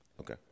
Okay